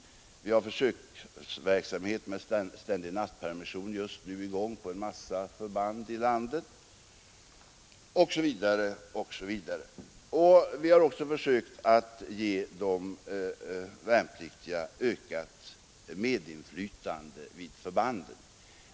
Just nu har vi försöksverksamhet med ständig nattpermission på en mängd förband i landet — osv., osv. Vi har även försökt ge de värnpliktiga ökat medinflytande vid förbanden.